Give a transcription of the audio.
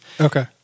Okay